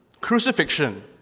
Crucifixion